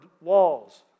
walls